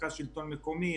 מרכז השלטון המקומי,